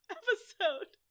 episode